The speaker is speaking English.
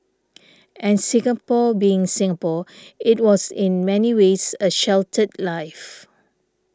and Singapore being Singapore it was in many ways a sheltered life